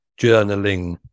journaling